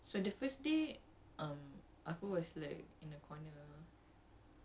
but it was but the the first then she did the chorus in two days